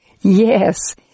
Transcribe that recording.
Yes